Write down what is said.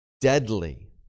deadly